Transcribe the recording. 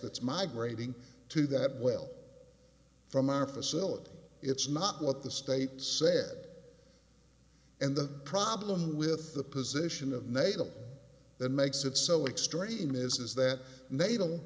that's migrating to that well from our facility it's not what the state said and the problem with the position of nato that makes it so extreme is that